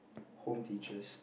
home teachers